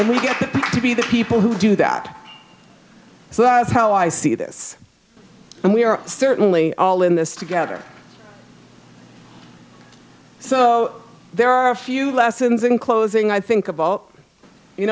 and we get to be the people who do that so that's how i see this and we are certainly all in this together so there are a few lessons in closing i think